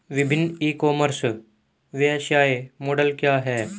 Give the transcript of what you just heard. विभिन्न e commerce व्यवसाय model क्या हैं?